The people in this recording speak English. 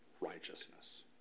righteousness